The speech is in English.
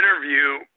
interview